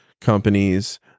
companies